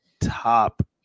top